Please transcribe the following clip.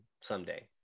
someday